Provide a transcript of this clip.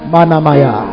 Manamaya